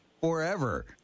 forever